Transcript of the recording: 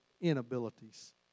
inabilities